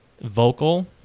vocal